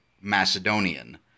macedonian